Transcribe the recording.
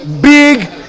big